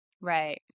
Right